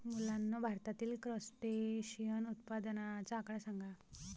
मुलांनो, भारतातील क्रस्टेशियन उत्पादनाचा आकडा सांगा?